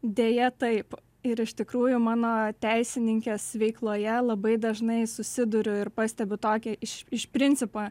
deja taip ir iš tikrųjų mano teisininkės veikloje labai dažnai susiduriu ir pastebiu tokią iš iš principo